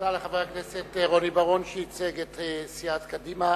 תודה לחבר הכנסת רוני בר-און, שייצג את סיעת קדימה